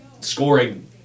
scoring